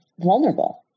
vulnerable